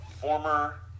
Former